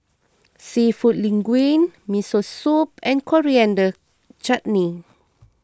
Seafood Linguine Miso Soup and Coriander Chutney